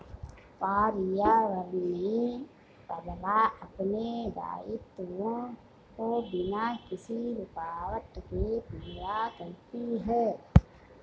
पर्यावरणीय प्रवाह अपने दायित्वों को बिना किसी रूकावट के पूरा करती है